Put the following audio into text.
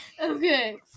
Okay